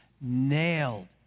nailed